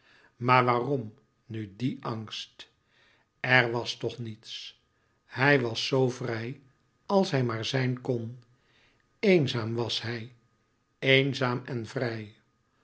maar waarom nu die angst er was toch niets hij was zoo vrij als hij maar zijn kon eenzaam was hij eenzaam en vrij